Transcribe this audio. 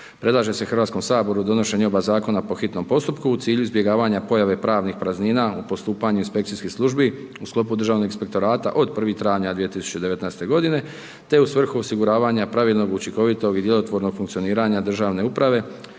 Predlaže se Hrvatskom saboru donošenje oba Zakona po hitnom postupku u cilju izbjegavanja pojave pravnih praznina u postupanju inspekcijskih službi u sklopu Državnog inspektorata od 01. travnja 2019. godine, te u svrhu osiguravanja pravilnog, učinkovitog i djelotvornog funkcioniranja državne uprave